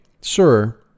Sir